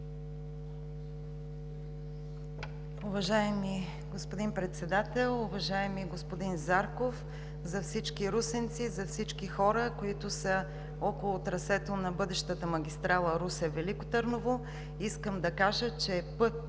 Уважаеми господин Председател, уважаеми господин Зарков! За всички русенци, за всички хора, които са около трасето на бъдещата магистрала Русе – Велико Търново, искам да кажа, че път